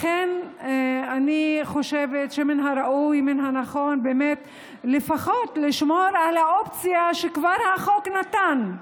לכן אני חושבת שראוי ונכון לשמור לפחות על האופציה שהחוק כבר נתן.